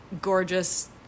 gorgeous